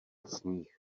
sníh